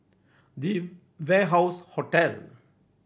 The Warehouse Hotel